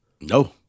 No